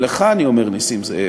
לך אני אומר, נסים זאב: